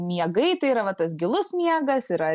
miegai tai yra va tas gilus miegas yra